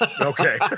Okay